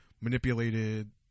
manipulated